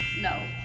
No